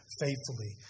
faithfully